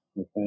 okay